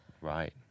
Right